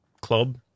club